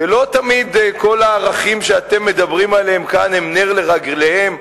שלא תמיד כל הערכים שאתם מדברים עליהם כאן הם נר לרגליהם,